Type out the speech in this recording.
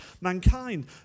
mankind